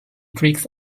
tricks